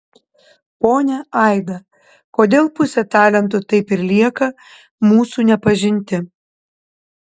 ponia aida kodėl pusė talentų taip ir lieka mūsų nepažinti